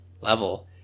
level